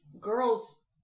girls